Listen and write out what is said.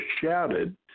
shouted